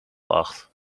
acht